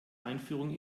einführung